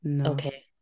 okay